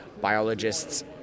biologists